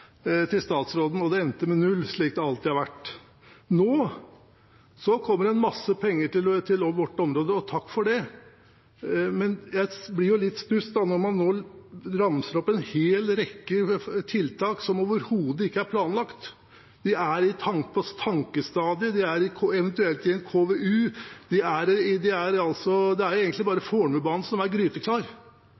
Det endte med null, slik det alltid har gjort. Nå kommer det en masse penger til vårt område. Takk for det! Men jeg blir jo litt i stuss når man nå ramser opp en hel rekke tiltak som overhodet ikke er planlagt. De er på tankestadiet, de er eventuelt i en KVU. Det er egentlig bare Fornebubanen som er gryteklar.